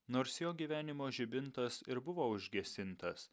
nors jo gyvenimo žibintas ir buvo užgesintas